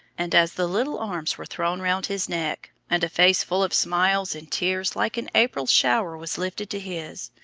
and as the little arms were thrown round his neck, and a face full of smiles and tears like an april shower was lifted to his,